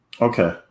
Okay